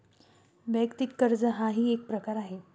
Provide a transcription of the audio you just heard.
वैयक्तिक कर्ज हाही एक प्रकार आहे